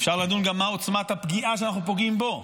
ואפשר לדון גם במה עוצמת הפגיעה שאנחנו פוגעים בו,